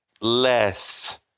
less